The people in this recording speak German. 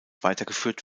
weitergeführt